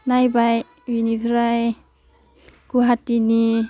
नायबाय बिनिफ्राइ गुवाहाटीनि